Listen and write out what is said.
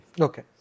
Okay